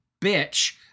bitch